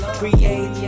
create